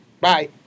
Bye